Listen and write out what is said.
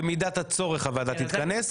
במידת הצורך הוועדה תתכנס,